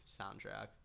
soundtrack